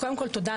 קודם כל תודה.